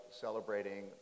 celebrating